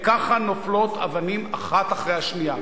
וככה נופלות אבנים אחת אחרי השנייה.